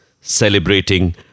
celebrating